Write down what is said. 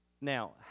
Now